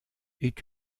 est